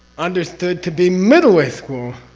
understood to be. middle way school,